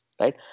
Right